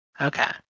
Okay